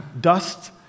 dust